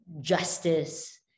Justice